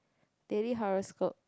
daily horoscope